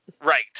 Right